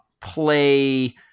play